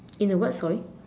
in the what sorry